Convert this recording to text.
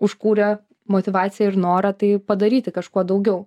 užkūrė motyvaciją ir norą tai padaryti kažkuo daugiau